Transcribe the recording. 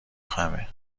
خمه